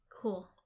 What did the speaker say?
Cool